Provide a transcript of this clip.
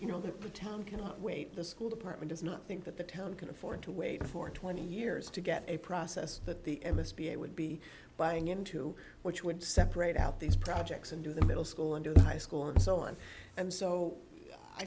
you know that the time cannot wait the school department does not think that the town can afford to wait for twenty years to get a process that the m s p a would be buying into which would separate out these projects into the middle school and high school and so on and so i